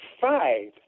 five